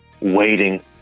waiting